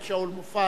חבר הכנסת שאול מופז.